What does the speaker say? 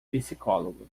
psicólogo